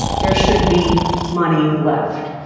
there should be money left.